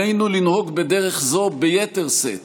עלינו לנהוג בדרך זו ביתר שאת